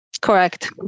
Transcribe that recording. Correct